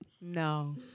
No